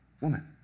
Woman